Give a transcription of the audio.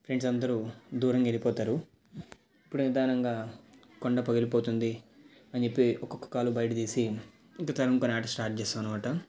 friends అందరూ దూరంగా వెళ్ళిపోతారు అప్పుడు నిదానంగా కొండ పగిలిపోతుంది అని చెప్పి ఒక్కొక్క కాలు బయట తీసి ఇంకా తరుముకొనే ఆట స్టార్ట్ చేస్తాము అన్నమాట